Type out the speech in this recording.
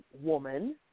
woman